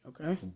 Okay